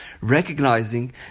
recognizing